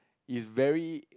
is very